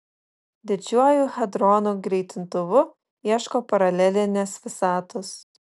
didžiuoju hadronų greitintuvu ieško paralelinės visatos